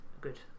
good